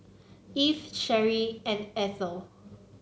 Evie Cherrie and Eithel